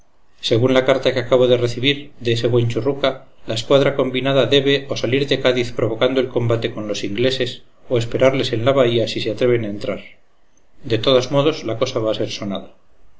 según la carta que acabo de recibir de ese buen churruca la escuadra combinada debe o salir de cádiz provocando el combate con los ingleses o esperarles en la bahía si se atreven a entrar de todos modos la cosa va a ser sonada